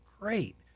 great